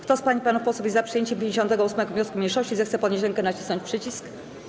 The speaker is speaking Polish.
Kto z pań i panów posłów jest za przyjęciem 58. wniosku mniejszości, zechce podnieść rękę i nacisnąć przycisk.